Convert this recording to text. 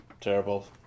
Terrible